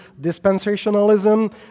dispensationalism